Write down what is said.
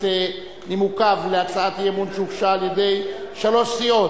נימוקיו להצעת אי-אמון שהוגשה על-ידי שלוש סיעות,